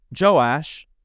Joash